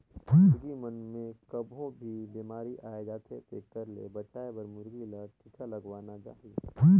मुरगी मन मे कभों भी बेमारी आय जाथे तेखर ले बचाये बर मुरगी ल टिका लगवाना चाही